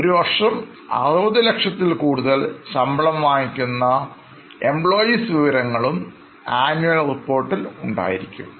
ഒരു കൊല്ലം 60 ലക്ഷത്തിൽ കൂടുതൽ ശമ്പളം വാങ്ങിക്കുന്ന എംപ്ലോയീസ് വിവരങ്ങളും ആനുവൽ റിപ്പോർട്ടിൽ ഉണ്ടായിരിക്കും